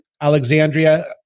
Alexandria